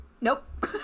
Nope